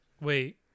wait